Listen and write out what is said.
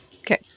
Okay